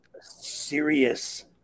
Serious